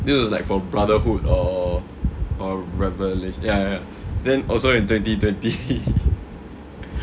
this was like for brotherhood or or revela~ ya then also in twenty twenty